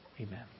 Amen